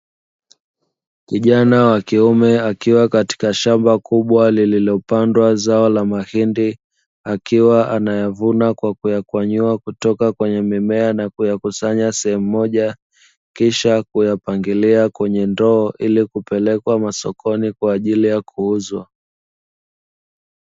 Kijana wa kiume akiwa katika shamba kubwa lililopandwa zao la mahindi akiwa anayavuna kwa kuyafanyua kutoka kwenye mimea na kuyakusanya sehemu moja kisha kuyapangilia kwenye ndoo ili kupelekwa masokoni kwa ajili ya kuuzwa.